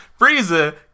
Frieza